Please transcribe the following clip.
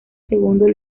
segundo